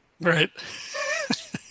Right